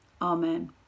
Amen